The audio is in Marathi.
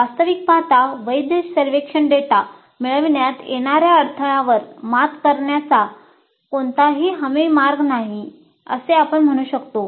वास्तविक पाहता वैध सर्वेक्षण डेटा मिळविण्यात येणाऱ्या अडथळ्यांवर मात करण्याचा कोणताही हमी मार्ग नाही असे आपण म्हणू शकतो